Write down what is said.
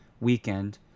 weekend